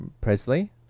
Presley